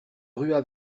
rua